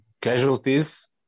casualties